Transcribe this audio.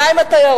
מה עם התיירות?